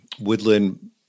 woodland